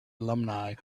alumni